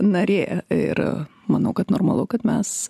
narė ir manau kad normalu kad mes